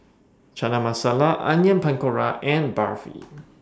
Chana Masala Onion Pakora and Barfi